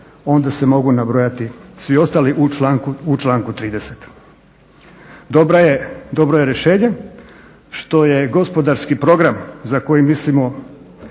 onda se mogu nabrojati svi ostali u članku 30. Dobro je rješenje što je gospodarski program za koji mislimo